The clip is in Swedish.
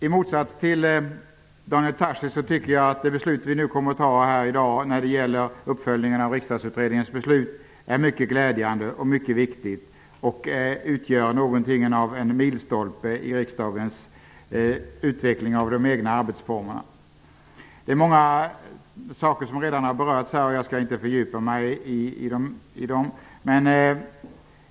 I motsats till Daniel Tarschys tycker jag att det beslut som vi kommer att fatta i dag när det gäller uppföljningen av Riksdagsutredningen är mycket glädjande och viktigt och utgör något av en milstolpe i utvecklingen av riksdagens arbetsformer. Det är många saker som redan berörts här, så jag skall inte fördjupa i dem.